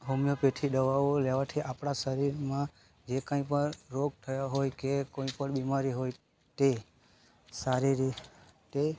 homeo પેથી દવાઓ લેવાથી આપણાં શરીરમાં જે કાંઇપણ રોગ થયો હોય કે કોઈપણ બીમારી હોય તે સારી રીતે